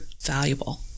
valuable